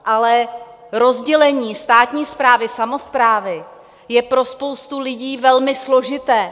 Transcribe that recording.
Ale rozdělení státní správy, samosprávy je pro spoustu lidí velmi složité.